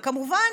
וכמובן,